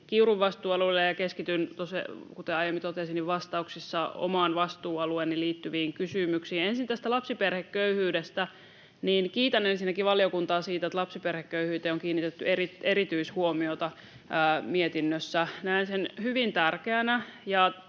Kiurun vastuualueelle, ja keskityn, kuten aiemmin totesin, vastauksissa omaan vastuualueeseeni liittyviin kysymyksiin. Ensin tästä lapsiperheköyhyydestä. Ensinnäkin kiitän valiokuntaa siitä, että lapsiperheköyhyyteen on kiinnitetty erityishuomiota mietinnössä. Näen sen hyvin tärkeänä.